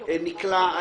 ההורדה.